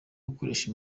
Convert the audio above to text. gukoresha